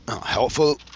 helpful